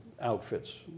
outfits